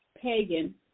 pagan